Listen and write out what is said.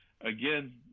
Again